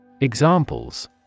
Examples